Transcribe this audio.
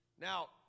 Now